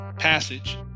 passage